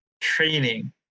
training